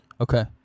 Okay